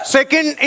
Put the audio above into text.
Second